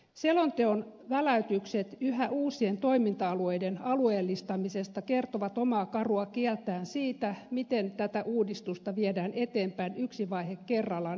selonteon väläytykset yhä uusien toiminta alueiden alueellistamisesta kertovat omaa karua kieltään siitä miten tätä uudistusta viedään eteenpäin yksi vaihe kerrallaan hivuttaen